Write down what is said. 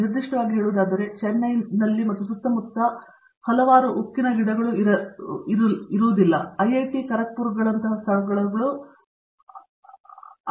ನಿರ್ದಿಷ್ಟವಾಗಿ ಹೇಳುವುದಾದರೆ ಚೆನ್ನೈನಲ್ಲಿ ಮತ್ತು ಸುತ್ತಮುತ್ತ ಹಲವಾರು ಉಕ್ಕಿನ ಗಿಡಗಳು ಇರುವುದಿಲ್ಲ ಮತ್ತು ಐಐಟಿಖರಗ್ಪುರ್ಗಳಂತಹ ಸ್ಥಳಗಳು ಅನೇಕ ಉಕ್ಕು ಸ್ಥಾವರಗಳಿಗೆ ತುಂಬಾ ಹತ್ತಿರದಲ್ಲಿದೆ